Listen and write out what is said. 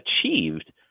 achieved